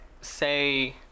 say